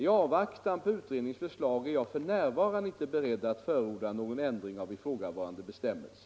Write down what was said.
I avvaktan på utredningens förslag är jag f. n. inte beredd att förorda någon ändring av ifrågavarande bestämmelse.